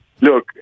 Look